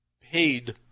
paid